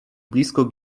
blisko